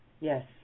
Yes